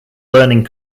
learning